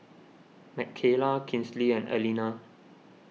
Mckayla Kinsley and Aleena